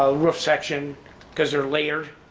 ah rough section because they're layered,